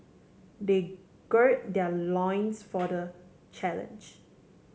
they gird their loins for the challenge